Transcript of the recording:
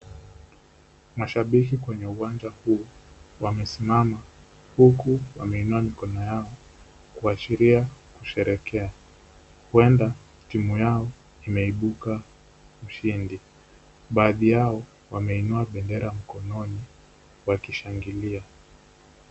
Mashabiki kwenye uwanja huu wamesimama huku wameinua mikono yao kuashiria kusherehekea ,huenda timu yao imeibuka ushindi baadhi yao wameinua bendera mkononi wakishangilia.